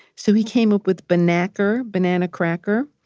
so he came up with banacker, banana cracker.